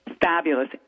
fabulous